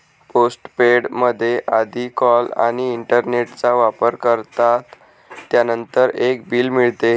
postpaid मध्ये आधी call आणि इंटरनेटचा वापर करतात, त्यानंतर एक बिल मिळते